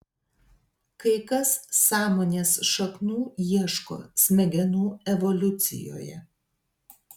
kai kas sąmonės šaknų ieško smegenų evoliucijoje